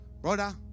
brother